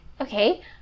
Okay